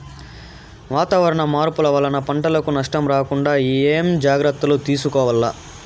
వాతావరణ మార్పులు వలన పంటలకు నష్టం రాకుండా ఏమేం జాగ్రత్తలు తీసుకోవల్ల?